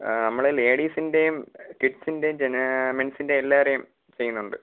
ആ നമ്മൾ ലേഡീസിൻറ്റേമ് കിഡ്സിൻറ്റേ ജനാ മെൻസിൻറ്റേ എല്ലാരേം ചെയ്യുന്നുണ്ട്